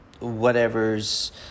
whatever's